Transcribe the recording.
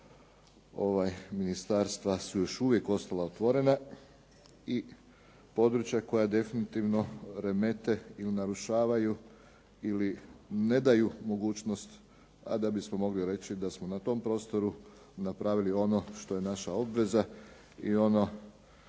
ministarstva su još uvijek ostala otvorena i područja koja definitivno remete ili narušavaju ili ne daju mogućnost a da bismo mogli reći da smo na tom prostoru napravili ono što je naša obveza i ono